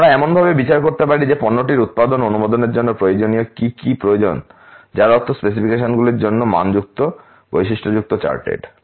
আমরা এমনভাবে বিচার করতে পারি যে পণ্যটির উত্পাদন অনুমোদনের জন্য প্রয়োজনীয় কী প্রয়োজন যার অর্থ স্পেসিফিকেশনগুলির জন্য মানযুক্ত বৈশিষ্ট্যযুক্ত চার্টেড